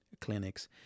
Clinics